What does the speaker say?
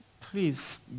please